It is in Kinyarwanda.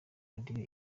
radio